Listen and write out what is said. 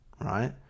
right